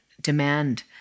demand